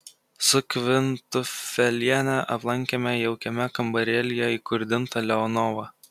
su kvintufeliene aplankėme jaukiame kambarėlyje įkurdintą leonovą